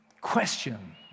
question